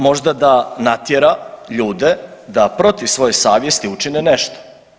Možda da natjera ljude da protiv svoje savjesti učine nešto.